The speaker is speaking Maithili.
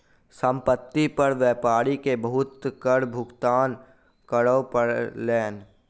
संपत्ति पर व्यापारी के बहुत कर भुगतान करअ पड़लैन